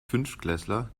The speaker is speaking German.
fünftklässler